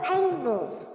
angles